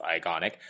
iconic